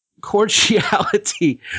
Cordiality